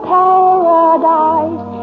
paradise